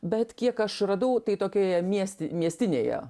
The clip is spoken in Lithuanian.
bet kiek aš radau tai tokioje miesti miestinėje